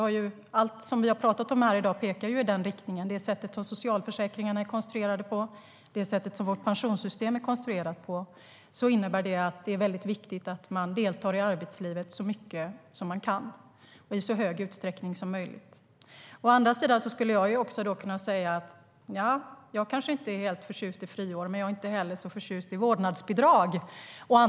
Allt vi har talat om här i dag pekar i den riktningen. Det handlar om det sätt på vilket socialförsäkringarna är konstruerade och hur vårt pensionssystem är konstruerat. Det är väldigt viktigt att man deltar i arbetslivet så mycket man kan och i så stor utsträckning som möjligt.Å andra sidan skulle jag kunna säga att jag inte är helt förtjust i friår, men jag är inte heller så förtjust i vårdnadsbidrag.